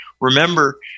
remember